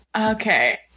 Okay